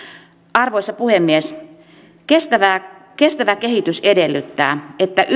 arvoisa puhemies kestävä kehitys edellyttää että